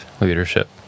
leadership